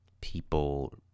people